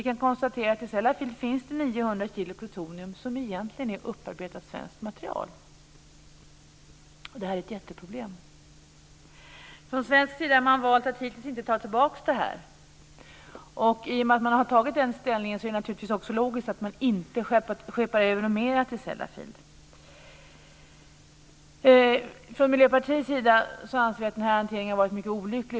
I Sellafield finns det 900 kilo plutonium som egentligen är upparbetat svenskt material, och detta är ett jätteproblem. Från svensk sida har man valt att inte ta tillbaka detta. I och med att man har tagit den ställningen är det naturligtvis också logiskt att man inte skeppar över mera till Sellafield. Vi i Miljöpartiet anser att denna hantering har varit mycket olycklig.